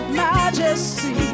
majesty